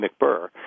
McBurr